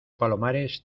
palomares